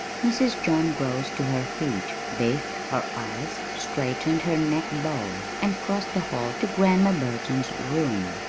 mrs. john rose to her feet, bathed her eyes, straightened her neck-bow, and crossed the hall to grandma burton's room.